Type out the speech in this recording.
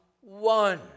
one